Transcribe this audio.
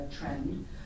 trend